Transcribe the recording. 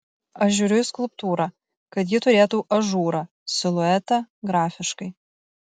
aš žiūriu į skulptūrą kad ji turėtų ažūrą siluetą grafiškai